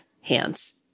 hands